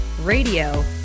Radio